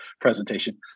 presentation